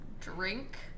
Drink